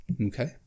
Okay